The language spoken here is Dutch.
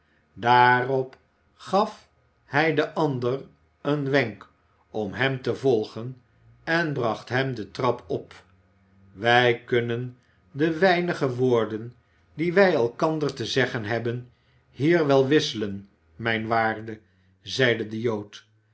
daarop gaf hij den ander een wenk om hem te volgen en bracht hem de trap op wij kunnen de weinige woorden die wij elkander te zeggen hebben hier wel wisselen mijn waarde zeide de jood